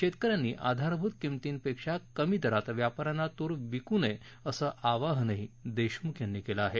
शेतक यांनी आधारभूत किंमतीपेक्षा कमी दरात व्यापा यांना तूर विक्री करू नये असं आवाहनही देशमुख यांनी केलं आहे